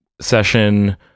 session